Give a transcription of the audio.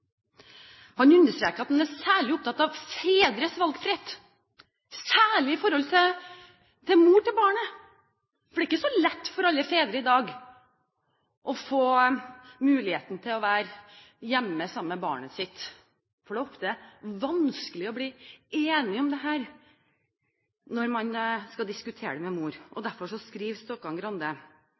Han understreker at han er særlig opptatt av fedres valgfrihet, og særlig i forhold til mor til barnet: Det er ikke så lett for alle fedre i dag å få muligheten til å være hjemme sammen med barnet sitt, for det er ofte vanskelig å bli enig om dette når man skal diskutere det med mor. Derfor skriver